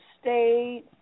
state